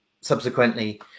subsequently